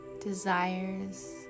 desires